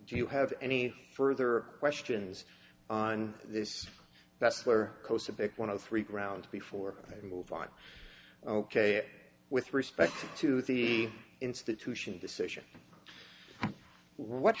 do you have any further questions on this that's where cosa pick one of the three ground before i move on ok with respect to the institution decision what